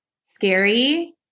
scary